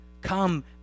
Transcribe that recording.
Come